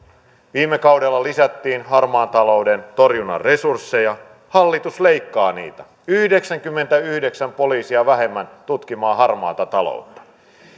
viime kaudella lisättiin harmaan talouden torjunnan resursseja hallitus leikkaa niitä yhdeksänkymmentäyhdeksän poliisia vähemmän tutkimaan harmaata taloutta